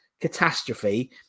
catastrophe